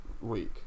week